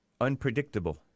unpredictable